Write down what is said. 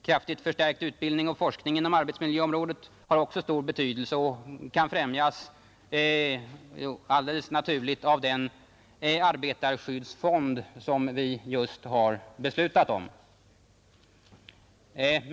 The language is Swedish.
Kraftigt förstärkt utbildning och forskning inom arbetsmiljöområdet har också stor betydelse och kan främjas alldeles naturligt av den arbetarskyddsfond som vi just har beslutat om.